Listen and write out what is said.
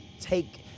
take